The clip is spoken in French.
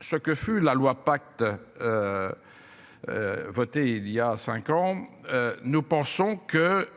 ce que fut la loi pacte. Votée il y a 5 ans. Nous pensons que.